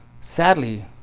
Sadly